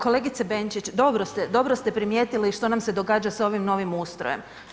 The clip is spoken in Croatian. Kolegice Benčić, dobro ste primijetili što nam se događa s ovim novim ustrojem.